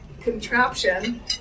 contraption